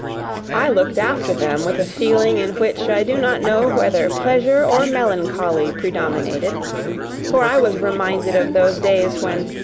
i looked after them with a feeling in which i do not know whether pleasure or melancholy predominated for i was reminded of those days when,